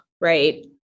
right